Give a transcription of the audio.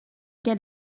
get